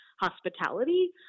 hospitality